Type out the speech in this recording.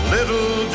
Little